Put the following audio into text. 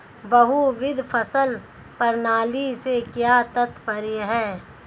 बहुविध फसल प्रणाली से क्या तात्पर्य है?